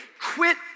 Quit